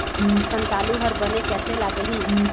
संतालु हर बने कैसे लागिही?